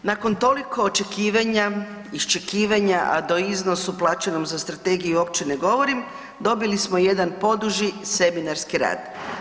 Nakon toliko očekivanja, iščekivanja, a da o iznosu plaćenom za strategiju uopće ne govorim, dobili smo jedan poduži seminarski rad.